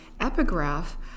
epigraph